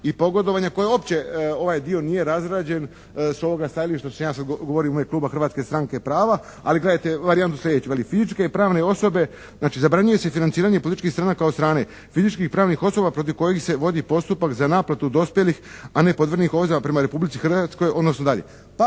i pogodovanja koje uopće ovaj dio nije razrađen s ovoga stajališta što sad ja govorim u ime kluba Hrvatske stranke prava ali gledajte varijantu sljedeću. Veli, fizičke i pravne osobe znači zabranjuje se financiranje političkih stranaka od strane fizičkih pravnih osoba protiv kojih se vodi postupak za naplatu dospjelih a nepodmirenih obveza prema Republici Hrvatskoj odnosno dalje. Pa